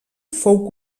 fou